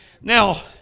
Now